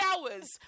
hours